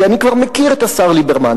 כי אני כבר מכיר את השר ליברמן,